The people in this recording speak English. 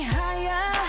higher